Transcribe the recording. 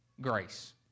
grace